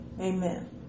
Amen